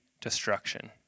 destruction